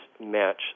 match